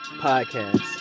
podcast